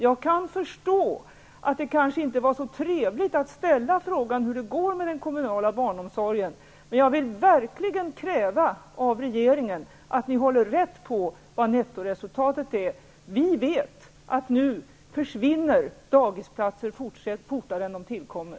Jag kan förstå att det kanske inte var så trevligt att ställa frågan om hur det går med den kommunala barnomsorgen, men jag kräver verkligen av regeringen att man håller rätt på vad nettoresultatet blir. Vi vet att nu försvinner dagisplatser fortare än de tillkommer.